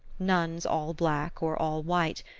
nuns all black or all white,